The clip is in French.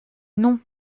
non